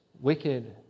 wicked